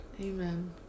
Amen